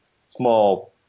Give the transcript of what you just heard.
small